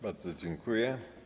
Bardzo dziękuję.